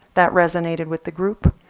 that resonated with the group.